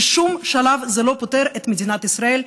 בשום שלב זה לא פותר את מדינת ישראל,